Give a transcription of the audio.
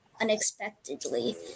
unexpectedly